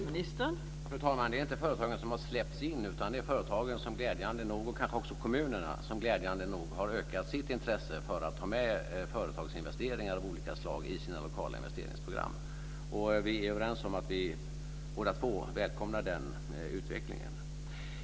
Fru talman! Det är inte företagen som har släppts in, utan det är företagen, och kanske också kommunerna, som glädjande nog har ökat sitt intresse för att ha med företagsinvesteringar av olika slag i de lokala investeringsprogrammen. Vi är överens om att vi båda två välkomnar den utvecklingen.